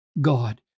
God